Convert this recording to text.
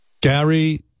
Gary